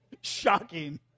Shocking